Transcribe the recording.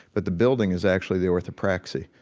but the building is actually the orthopraxy,